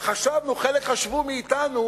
חלק מאתנו